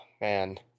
Man